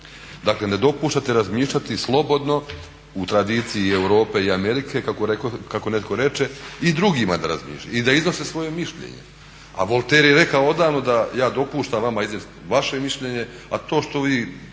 Dakle, ne dopuštate razmišljati slobodno u tradiciji i Europe i Amerike kako netko reče i drugima da razmišljaju i da iznose svoje mišljenje. A Voltare je rekao odavno da ja dopuštam vama iznesti vaše mišljenje, a to što vi